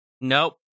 nope